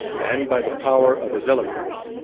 and, by the power of his eloquence,